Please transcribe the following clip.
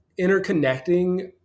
interconnecting